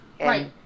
Right